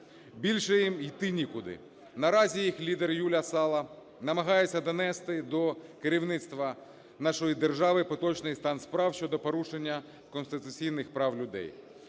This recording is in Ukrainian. більше їм іти нікуди. Наразі їх лідер Юлія Сало намагається донести до керівництва нашої держави поточний стан справ щодо порушення конституційних прав людей.